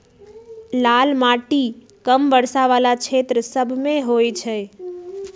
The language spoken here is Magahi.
लाल माटि कम वर्षा वला क्षेत्र सभमें होइ छइ